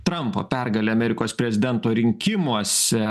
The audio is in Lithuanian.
trampo pergalė amerikos prezidento rinkimuose